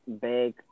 big